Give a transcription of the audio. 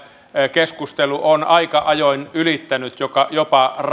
keskustelu on aika ajoin ylittänyt jopa